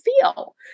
feel